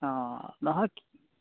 অঁ নহয় কি